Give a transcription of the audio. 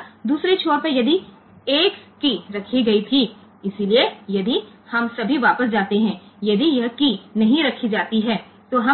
અને જો એક કી મૂકવામાં આવી હોય તો બીજા છેડે જો આપણે હમણાં જ પાછા જઈએ તો જો આ કી હોય તો આ કી મૂકવામાં આવી નથી તો પછી આપણે સ્કેન 1 ની